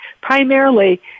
primarily